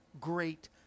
great